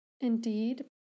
Indeed